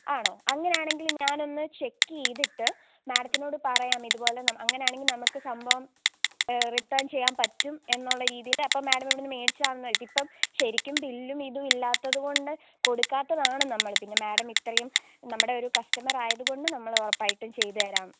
ആണോ അങ്ങനെയാണെങ്കിൽ ഞാനൊന്നു ചെക്ക് ചെയ്തിട്ട് മാഡത്തിനോട് പറയാം ഇതുപോലെ നമുക്ക് അങ്ങനെയാണെങ്കിൽ നമുക്ക് സംഭവം റിട്ടേൺ ചെയ്യാൻ പറ്റും എന്നുള്ള രീതിയിൽ അപ്പം മാഡം ഇവിടന്നു മേടിച്ചതാണെന്നു കരുതി ഇപ്പം ശരിക്കും ബില്ലും ഇതും ഇല്ലാത്തതുകൊണ്ട് കൊടുക്കാത്തതാണ് നമ്മൾ പിന്നെ മാഡം ഇത്രേം നമ്മുടെ ഒരു കസ്റ്റമറായതുകൊണ്ട് നമ്മൾ ഉറപ്പായിട്ടും ചെയ്തു തരാം